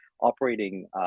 operating